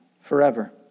forever